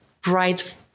bright